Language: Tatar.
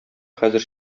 хәзер